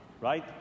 right